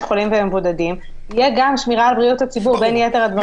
חולים ומבודדים יהיה גם שמירה על בריאות הציבור בין יתר הדברים.